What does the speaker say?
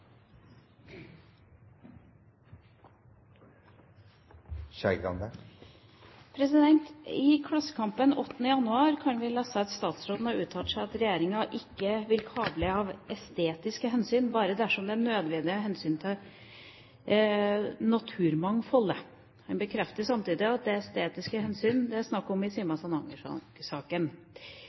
næringsmessig i tillegg til miljømessig, å ha strenge miljøstandarder. «I Klassekampen 8. januar kan vi lese at statsråden har uttalt at regjeringen ikke vil kable av estetiske hensyn, bare dersom det er nødvendig av hensyn til naturmangfoldet. Han bekrefter samtidig at det er estetiske hensyn det er snakk om i